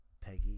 Peggy